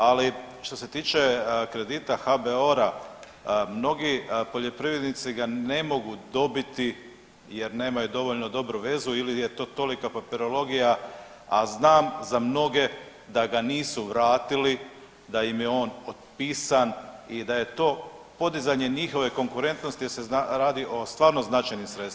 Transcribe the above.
Ali što se tiče kredita HBOR-a mnogi poljoprivrednici ga ne mogu dobiti jer nemaju dovoljno dobru vezu ili je to tolika papirologija, a znam za mnoge da ga nisu vratili, da im je on otpisan i da je to podizanje njihove konkurentnosti jer se radi o stvarno značajnim sredstvima.